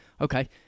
okay